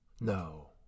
No